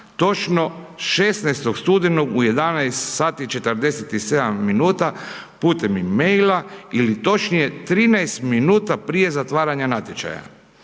16. studenog u 11 sati i 47 minuta, putem e-maila ili točnije 13 minuta prije zatvaranja natječaja.